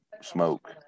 smoke